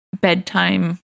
bedtime